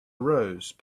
rose